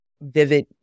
vivid